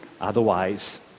Otherwise